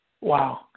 wow